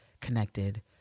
connected